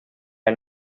del